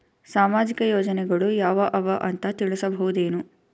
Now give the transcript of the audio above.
ಸಾಮಾಜಿಕ ಯೋಜನೆಗಳು ಯಾವ ಅವ ಅಂತ ತಿಳಸಬಹುದೇನು?